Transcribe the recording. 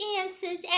answers